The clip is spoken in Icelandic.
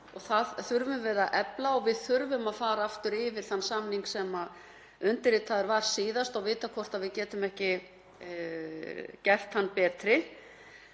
Það þurfum við að efla og við þurfum að fara aftur yfir þann samning sem undirritaður var síðast og vita hvort við getum ekki gert hann betri.